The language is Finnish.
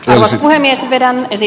alho sanoi mies vetää menisi